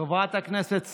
חברת הכנסת סטרוק,